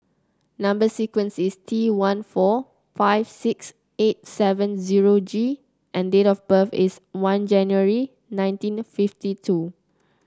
number sequence is T one four five six eight seven zero G and date of birth is one January nineteen fifty two